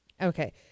Okay